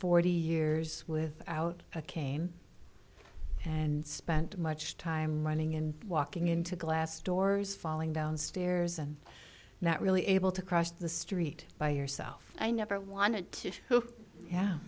forty years without a cane and spent much time running and walking into glass doors falling down stairs and not really able to cross the street by yourself i never wanted to yeah